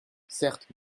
certes